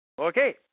Okay